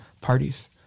parties